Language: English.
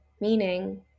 meaning